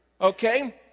okay